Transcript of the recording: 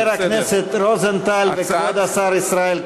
לא חשוב, לא חשוב.